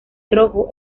rojo